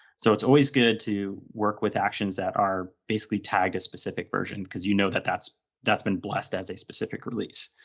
so it's always good to work with actions that are basically tagged a specific version because you know that that's that's been blessed as a specific release,